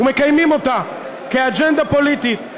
ומקיימים אותה כאג'נדה פוליטית.